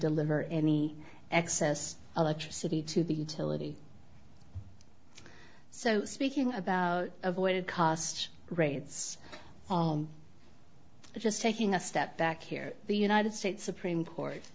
deliver any excess electricity to the utility so speaking about avoided cost rates just taking a step back here the united states supreme court